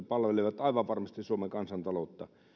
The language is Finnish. palvelevat aivan varmasti suomen kansantaloutta